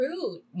rude